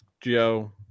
Joe